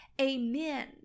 amen